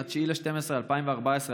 "9.12.2014,